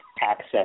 access